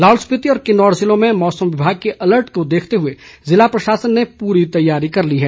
लाहौल स्पिति और किन्नौर जिलों में मौसम विभाग के अलर्ट को देखते हुए जिला प्रशासन ने पूरी तैयारी कर ली है